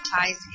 ties